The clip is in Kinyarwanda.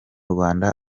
rwanda